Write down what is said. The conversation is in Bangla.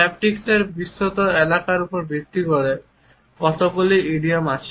হ্যাপটিক্সের বিস্তৃত এলাকার উপর ভিত্তি করে কতগুলি ইডিয়ম রয়েছে